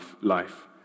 life